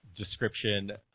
description